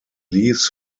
leaves